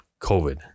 COVID